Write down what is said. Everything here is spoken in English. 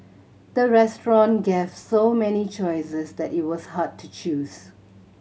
the restaurant gave so many choices that it was hard to choose